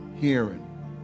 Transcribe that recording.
hearing